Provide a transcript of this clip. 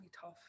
tough